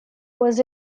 was